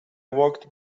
walked